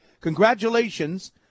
congratulations